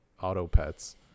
auto-pets